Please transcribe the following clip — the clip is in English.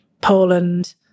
Poland